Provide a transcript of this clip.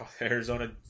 Arizona